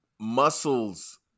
Muscles